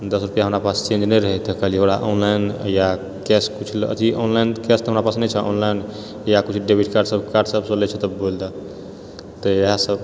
दश रुपआ हमरा पास चेंज नहि रहै तऽ कहलियै ओकरा ऑनलाइन या कैश किछु अथी ऑनलाइन कैश तऽ हमरा पास नहि छै ऑनलाइन या किछु डेबिट कार्ड सबसँ लै छऽ तऽ बोलि दए तऽ इहए सब